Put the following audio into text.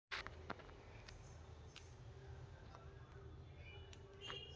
piggy ಬ್ಯಾಂಕಿಗಿ ಪಿನ್ನಿ bank ಇಲ್ಲಂದ್ರ ಹಣದ ಪೆಟ್ಟಿಗಿ ಅಂತಾನೂ ಕರೇತಾರ